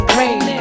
rain